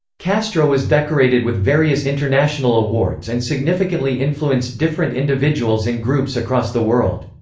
castro was decorated with various international awards and significantly influenced different individuals and groups across the world.